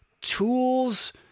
tools